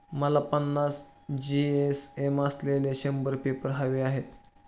मला पन्नास जी.एस.एम असलेले शंभर पेपर हवे आहेत